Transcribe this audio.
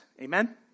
Amen